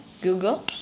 google